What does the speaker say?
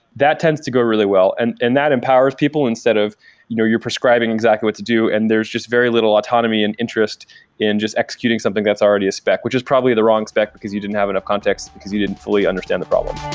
that tends to go really well, and and that empowers people instead of you know your prescribing exactly what to do and there's just very little autonomy and interest in just executing something that's already a spec, which is probably the wrong spec, because you didn't have enough context, because you didn't fully understand the problem.